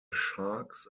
sharks